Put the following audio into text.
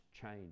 change